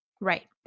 Right